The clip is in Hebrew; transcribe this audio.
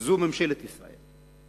הוא ממשלת ישראל.